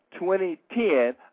2010